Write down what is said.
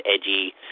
edgy